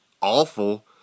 awful